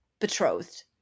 betrothed